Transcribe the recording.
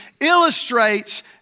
illustrates